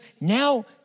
now